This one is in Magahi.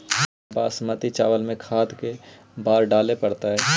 बासमती चावल में खाद के बार डाले पड़तै?